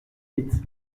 huit